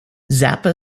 zappa